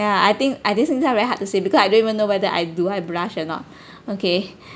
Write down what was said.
ya I think I think that's very hard to say because I don't even know whether I do have blush or not okay